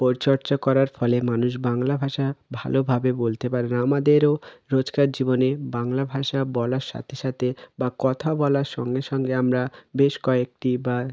পরচর্চা করার ফলে মানুষ বাংলা ভাষা ভালোভাবে বলতে পারে না আমাদেরও রোজকার জীবনে বাংলা ভাষা বলার সাথে সাথে বা কথা বলার সঙ্গে সঙ্গে আমরা বেশ কয়েকটি বা